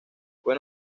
fue